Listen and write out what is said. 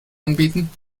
anbieten